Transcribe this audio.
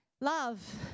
love